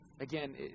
Again